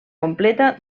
completa